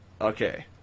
Okay